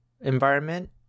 environment